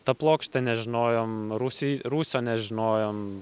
ta plokštė nežinojom rūsi rūsio nežinojom